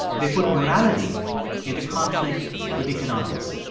they put morality into conflict with economics